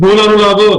תנו לנו לעבוד.